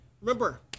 remember